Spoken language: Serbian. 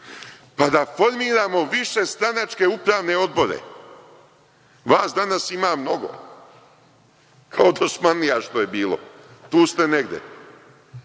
pa da formiramo višestranačke uprave odbore. Vas danas ima mnogo, kao dosmanlija što je bilo, tu ste negde. Niko